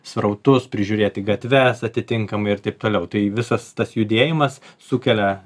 srautus prižiūrėti gatves atitinkamai ir taip toliau tai visas tas judėjimas sukelia